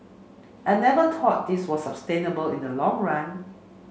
I never thought this was sustainable in the long run